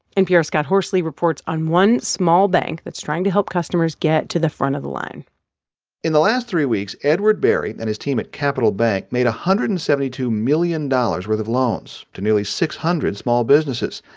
npr's scott horsley reports on one small bank that's trying to help customers get to the front of the line in the last three weeks, edward barry and his team at capital bank made one hundred and seventy two million dollars worth of loans to nearly six hundred small businesses.